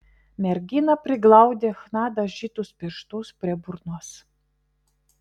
mergina priglaudė chna dažytus pirštus prie burnos